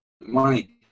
money